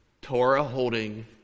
Torah-holding